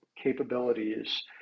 capabilities